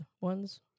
ones